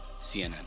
CNN